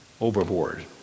overboard